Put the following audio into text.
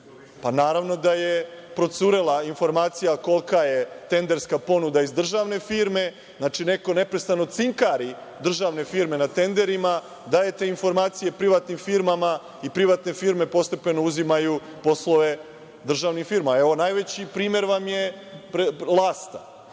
Pa, naravno da je procurela informacija kolika je tenderska ponuda iz državne firme, što znači da neko neprestano cinkari državne firme na tenderima, daje te informacije privatnim firmama i privatne firme postepeno uzimaju poslove državnim firmama. Evo, najveći primer vam je „Lasta“.